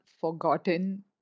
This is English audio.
forgotten